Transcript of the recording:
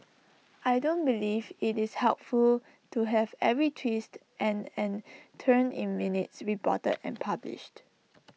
I don't believe IT is helpful to have every twist and and turn in minutes reported and published